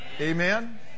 Amen